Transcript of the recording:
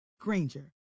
Granger